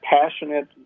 passionate